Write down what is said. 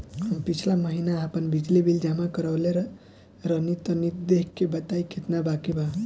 हम पिछला महीना आपन बिजली बिल जमा करवले रनि तनि देखऽ के बताईं केतना बाकि बा?